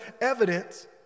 evidence